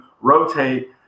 rotate